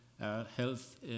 health